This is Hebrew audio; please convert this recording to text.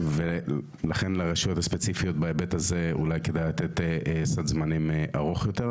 ולכן לרשויות הספציפיות בהיבט הזה אולי כדאי לתת סד זמנים ארוך יותר.